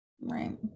Right